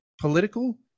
political